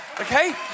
Okay